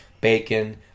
bacon